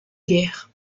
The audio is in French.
guerre